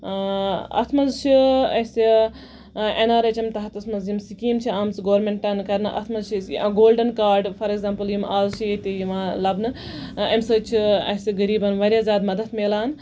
اتھ منٛز چھِ اسہِ این آر ایچ ایم تَحتَس یِم سِکیٖمہٕ چھِ آمژٕ گورمینٹَن کرنہٕ اَتھ منٛز چھِ أسۍ گولڈَن کاڈ فار اٮ۪کزامپٕل یِم آز ییٚتہِ یِوان لَبنہٕ اَمہِ سۭتۍ چھُ اَسہِ غریٖبَن واریاہ زیادٕ مدتھ ملان